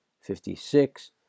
fifty-six